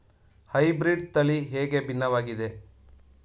Hybrid ತಳಿ ಹೇಗೆ ಭಿನ್ನವಾಗಿದೆ?